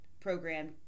program